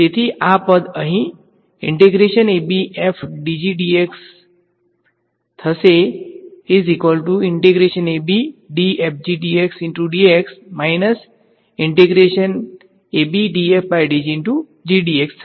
તેથી આ પદ અહીં થસે